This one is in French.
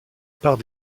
part